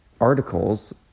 articles